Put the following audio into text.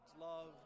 love